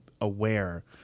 aware